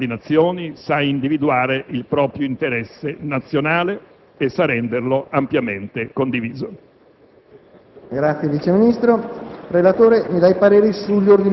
secondo i ritmi, quindi, dell'esercizio finanziario e non secondo i ritmi della precarietà. Ringrazio ancora il Senato per il voto quasi unanime che si accinge ad esprimere.